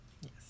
Yes